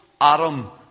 Adam